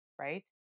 right